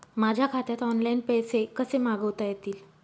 माझ्या खात्यात ऑनलाइन पैसे कसे मागवता येतील?